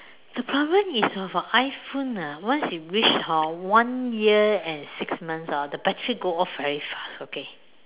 the problem is orh for iPhone ah once it reach hor one year and six months orh the battery goes off very fast okay